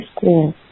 school